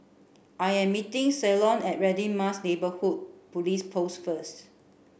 I am meeting Ceylon at Radin Mas Neighbourhood Police Post first